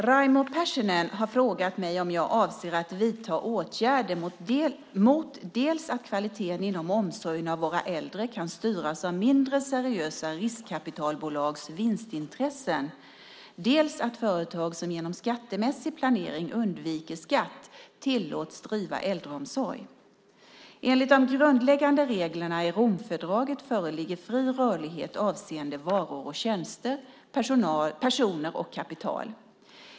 Fru talman! Raimo Pärssinen har frågat mig om jag avser att vidta åtgärder mot dels att kvaliteten inom omsorgen av våra äldre kan styras av mindre seriösa riskkapitalbolags vinstintressen, dels att företag som genom skattemässig planering undviker skatt tillåts driva äldreomsorg. Enligt de grundläggande reglerna i Romfördraget föreligger fri rörlighet avseende varor och tjänster, personer och kapital.